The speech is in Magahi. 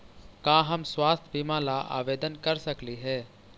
का हम स्वास्थ्य बीमा ला आवेदन कर सकली हे?